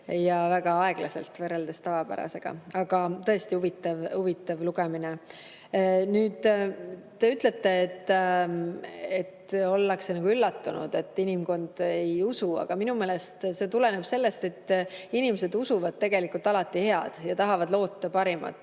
väga aeglaselt võrreldes tavapärasega. Aga tõesti huvitav lugemine. Te ütlesite, et ollakse nagu üllatunud ja et inimkond ei usu. Minu meelest see tuleneb sellest, et inimesed usuvad tegelikult alati head ja tahavad loota parimat.